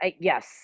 Yes